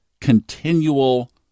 continual